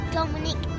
Dominic